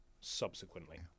subsequently